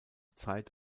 zeit